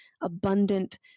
abundant